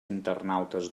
internautes